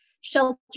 shelter